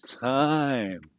time